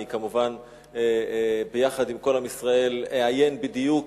מובן שיחד עם כל עם ישראל אעיין בדיוק